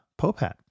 Popat